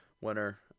winner